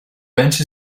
bench